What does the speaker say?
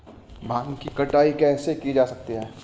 भांग की कटाई कैसे की जा सकती है?